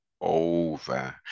over